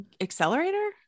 Accelerator